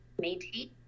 maintain